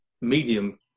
medium